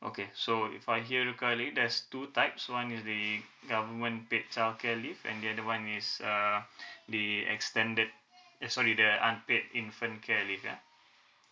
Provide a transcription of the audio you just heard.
okay so if I hear it correctly there's two types one is the government paid childcare leave and the other one is uh the extended eh sorry the unpaid infant care leave ya